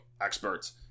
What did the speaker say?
experts